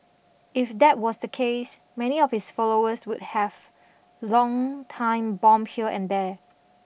if that was the case many of his followers would have long time bomb here and there